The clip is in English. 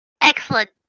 Excellent